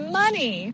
money